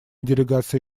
делегация